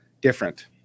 different